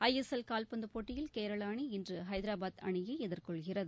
ஐ S L காவ்பந்துப் போட்டியில் கேரளா அணி இன்று ஹைதராபாத் அணியை எதிர்கொள்கிறது